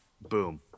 Boom